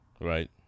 Right